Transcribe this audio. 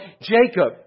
Jacob